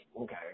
okay